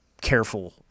careful